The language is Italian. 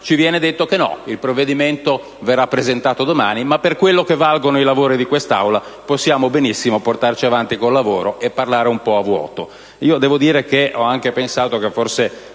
ci viene detto che il provvedimento verrà presentato domani, ma per quello che valgono i lavori di quest'Aula possiamo benissimo portarci avanti con il lavoro e parlare un po' a vuoto.